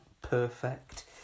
perfect